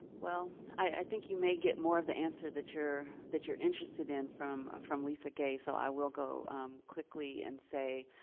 well, i think you may get more of the answer that you're that you're interested in from from lisa gay. so i will go quickly and say